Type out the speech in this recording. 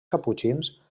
caputxins